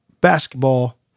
basketball